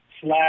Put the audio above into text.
slash